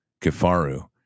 Kefaru